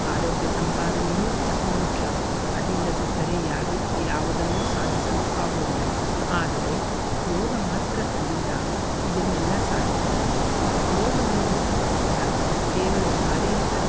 ಆರೋಗ್ಯ ಸಂಪಾದನೆಯೂ ಅತಿ ಮುಖ್ಯ ಅದಿಲ್ಲದಿದ್ದರೆ ಯಾರು ಯಾವುದನ್ನೂ ಸಾಧಿಸಲು ಆಗುವುದಿಲ್ಲ ಆದರೆ ಯೋಗ ಮಾತ್ರ ಸಂದಿಂದ ಇದನ್ನೆಲ್ಲ ಸಾಧಿಸಬೌದು ಯೋಗದಲ್ಲಿ ಶ ಕೇವಲ ಶಾರೀರಿಕ